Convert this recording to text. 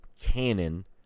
canon